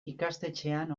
ikastetxean